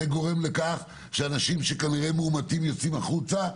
זה גורם לכך שאנשים שכנראה מאומתים יוצאים החוצה,